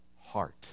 heart